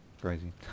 crazy